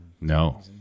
no